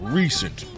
recent